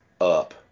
up